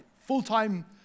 full-time